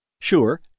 Sure